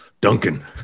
Duncan